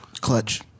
Clutch